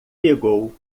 pegou